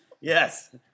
Yes